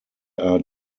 are